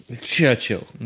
Churchill